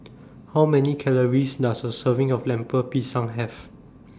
How Many Calories Does A Serving of Lemper Pisang Have